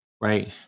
right